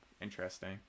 interesting